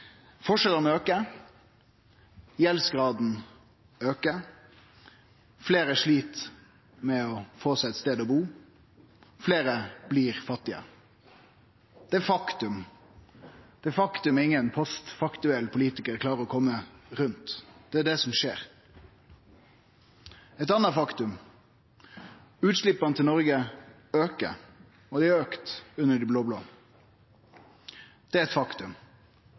Forskjellane aukar, gjeldsgraden aukar, fleire slit med å få seg ein stad å bu, fleire blir fattige. Det er faktum. Det er faktum ingen postfaktuell politikar klarer å kome rundt. Det er det som skjer. Eit anna faktum: Utsleppa til Noreg aukar, og dei har auka under dei blå-blå. Det er eit faktum.